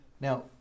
Now